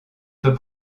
feu